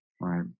Right